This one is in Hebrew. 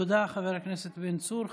תודה, חבר הכנסת בן צור.